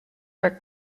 were